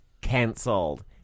cancelled